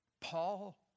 Paul